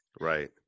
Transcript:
Right